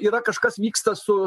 yra kažkas vyksta su